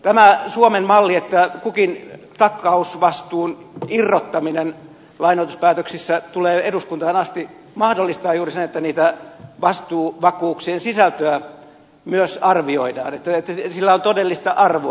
tämä suomen malli että jokainen takausvastuun irrottaminen lainoituspäätöksissä tulee eduskuntaan asti mahdollistaa juuri sen että vastuuvakuuksien sisältöä myös arvioidaan että niillä on todellista arvoa